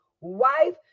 Wife